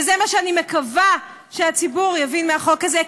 וזה מה שאני מקווה שהציבור יבין מהחוק הזה,